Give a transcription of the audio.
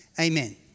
Amen